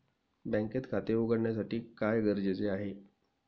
बँकेत खाते उघडण्यासाठी काय गरजेचे आहे?